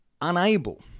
unable